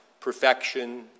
perfection